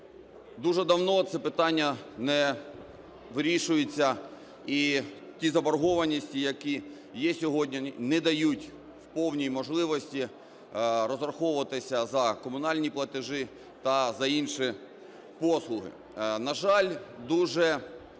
Дуже давно це питання не вирішується і ті заборгованості, які є сьогодні, не дають в повній можливості розраховуватися за комунальні платежі та за інші послуги. На жаль, дуже